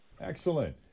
Excellent